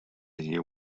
hear